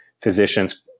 physicians